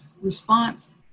response